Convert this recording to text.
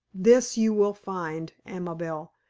this you will find, amabel,